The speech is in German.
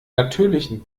natürlichen